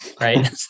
right